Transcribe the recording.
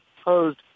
opposed